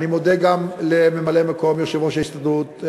אני מודה גם לממלא-מקום יושב-ראש ההסתדרות,